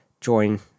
join